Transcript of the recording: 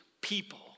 people